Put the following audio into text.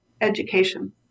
education